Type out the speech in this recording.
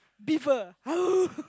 beaver